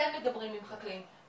כן מדברים עם חקלאים.